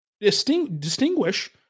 distinguish